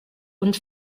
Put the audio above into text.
und